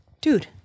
Dude